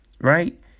right